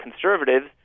conservatives